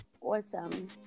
awesome